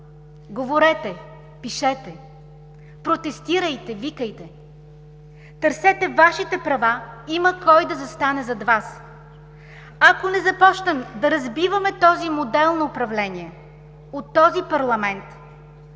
говорете, пишете, протестирайте, викайте, търсете Вашите права. Има кой да застане зад Вас. Ако не започнем да разбиваме този модел на управление от този парламент,